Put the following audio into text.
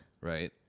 Right